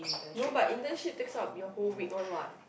no but internships takes up your whole week one what